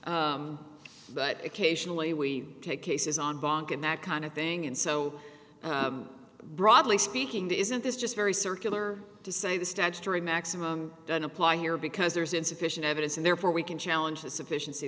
have but occasionally we take cases on bank and that kind of thing and so broadly speaking that isn't this just very circular to say the statutory maximum doesn't apply here because there's insufficient evidence and therefore we can challenge the sufficien